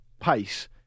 pace